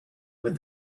would